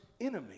enemy